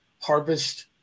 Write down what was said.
harvest